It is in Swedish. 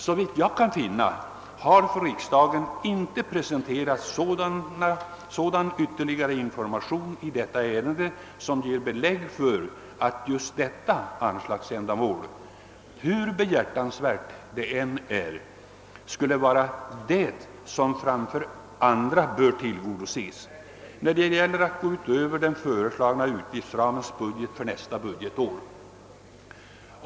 Såvitt jag kan finna har för riksdagen inte presenterats sådan ytterligare information i detta ärende som ger belägg för att just detta anslagsändamål, hur behjärtansvärt det än är, skulle vara det som framför andra bör tillgodoses när det gäller att gå utöver den föreslagna utgiftsbudgetens ram för nästa budgetår.